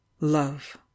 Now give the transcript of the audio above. love